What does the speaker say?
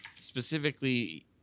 specifically